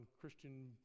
Christian